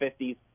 50s